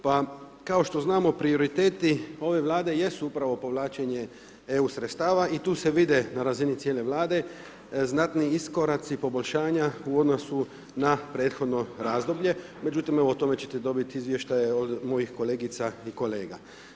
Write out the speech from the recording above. Pa kao što znamo prioriteti ove Vlade jesu upravo povlačenje EU sredstava i tu se vide na razini cijele Vlade znatni iskoraci, poboljšanja u odnosu na prethodno razdoblje, međutim o tome ćete dobiti izvještaje od mojih kolegica i kolega.